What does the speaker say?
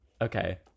Okay